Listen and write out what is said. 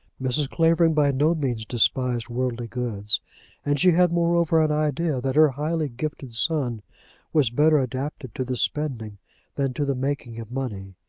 mrs. clavering by no means despised worldly goods and she had, moreover, an idea that her highly gifted son was better adapted to the spending than to the making of money.